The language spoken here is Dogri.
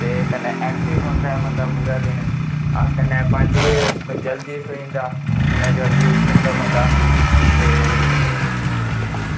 ते कन्नै ऐक्टिव रौंह्दा ऐ बंदा पूरा दिन अस कन्नैं पंज बज़े जल्दी ठोई जंदा कन्नै जल्दी उट्ठा जंदा बंदा ते